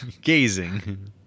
Gazing